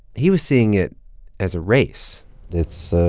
he was seeing it as a race it's